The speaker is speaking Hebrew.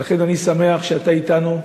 ולכן אני שמח שאתה אתנו,